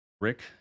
Rick